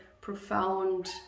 profound